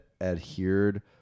adhered